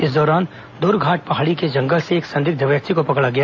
इस दौरान ध्रंघाट पहाड़ी के जंगल से एक संदिग्ध व्यक्ति को पकड़ा गया